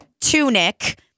Tunic